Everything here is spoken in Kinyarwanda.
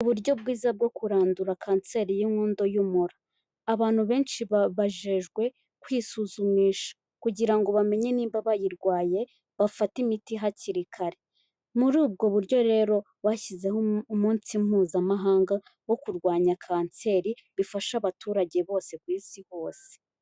Uburyo bwiza bwo kurandura kanseri y'inkondo y'umura, abantu benshi bajejwe kwisuzumisha kugira ngo bamenye niba bayirwaye, bafate imiti hakiri kare, muri ubwo buryo rero bashyizeho umunsi mpuzamahanga wo kurwanya kanseri bifasha abaturage bose ku isi hose.